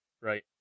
Right